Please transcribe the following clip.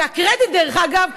והקרדיט דרך אגב,